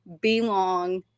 belong